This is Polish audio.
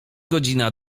godzina